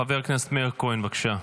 חבר כנסת מאיר כהן, בבקשה.